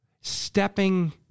stepping